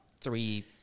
three